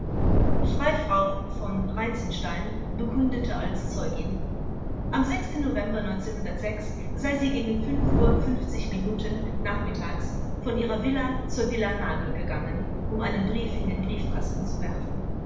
vereiden freifrau v reitzenstein bekundete als zeugin am november sei sie gegen uhr minuten nachmittags von ihrer villa zur villa nagel gegangen um einen brief in den briefkasten zu werfen